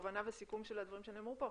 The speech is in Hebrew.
תובנה וסיכום של הדברים שנאמרו פה.